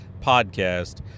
podcast